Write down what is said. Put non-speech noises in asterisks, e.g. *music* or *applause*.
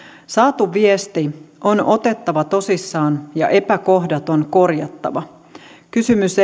saatu viesti on otettava tosissaan ja epäkohdat on korjattava kysymys *unintelligible*